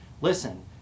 Listen